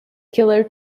killer